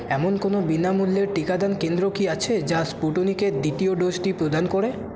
এমন কোনও বিনামূল্যের টিকাদান কেন্দ্র কি আছে যা স্পুটনিকের দ্বিতীয় ডোজটি প্রদান করে